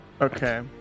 Okay